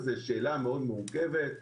זו שאלה מאוד מורכבת.